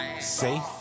Safe